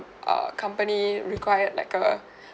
err company required like a